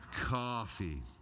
coffee